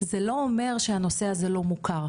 זה לא אומר שהנושא הזה לא מוכר,